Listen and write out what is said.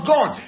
God